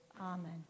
amen